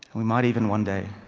we might even one day,